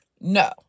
no